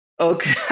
Okay